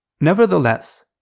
Nevertheless